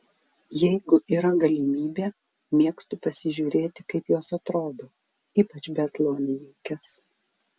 jeigu yra galimybė mėgstu pasižiūrėti kaip jos atrodo ypač biatlonininkės